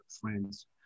friends